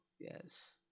yes